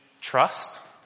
trust